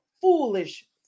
foolish